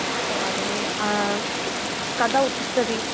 अष्ट वादने कदा उत्तिष्ठति